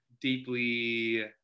deeply